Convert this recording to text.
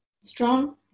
strong